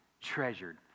treasured